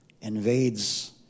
invades